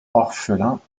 orphelins